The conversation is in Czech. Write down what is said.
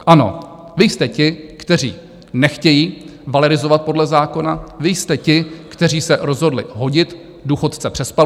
Ano, vy jste ti, kteří nechtějí valorizovat podle zákona, vy jste ti, kteří se rozhodli hodit důchodce přes palubu.